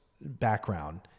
background